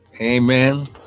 amen